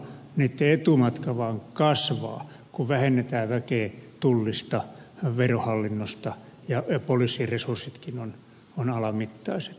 niitten etumatka vaan kasvaa kun vähennetään väkeä tullista verohallinnosta ja poliisin resurssitkin ovat alamittaiset